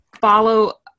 follow